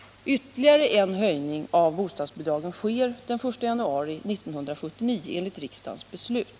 Ytterligare en höjning av bostadsbidragen sker den 1 januari 1979 enligt riksdagens beslut (prop. 1977/78:100 bil.